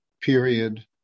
period